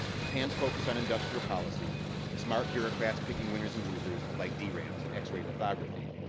japan's focus on industrial policy of smart bureaucrats picking winners and losers, like drams and x-ray lithography,